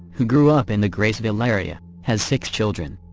who grew up in the graysville area, has six children.